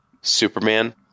Superman